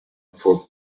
for